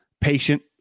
patient